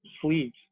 sleeves